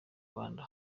rwanda